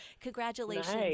congratulations